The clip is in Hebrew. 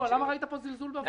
למה ראית פה זלזול בוועדה?